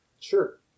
Sure